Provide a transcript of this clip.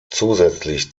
zusätzlich